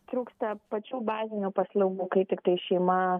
trūksta pačių bazinių paslaugų kai tiktai šeima